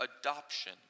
adoption